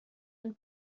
ein